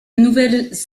nouvelles